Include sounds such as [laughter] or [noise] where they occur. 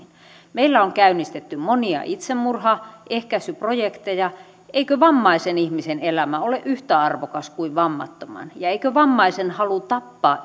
meillä on käynnistetty monia itsemurhan ehkäisyprojekteja eikö vammaisen ihmisen elämä ole yhtä arvokas kuin vammattoman ja eikö vammaisen halu tappaa [unintelligible]